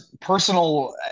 personal